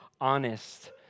honest